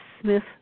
Smith